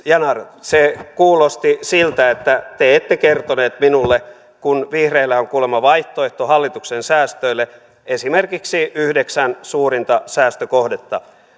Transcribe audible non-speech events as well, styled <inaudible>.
<unintelligible> yanar se kuulosti siltä että te ette kertonut minulle kun vihreillä on kuulemma vaihtoehto hallituksen säästöille esimerkiksi yhdeksän suurinta säästökohdetta